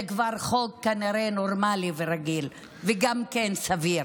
זה כבר כנראה חוק נורמלי ורגיל וגם סביר.